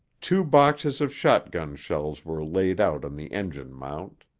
two boxes of shotgun shells were laid out on the engine mount.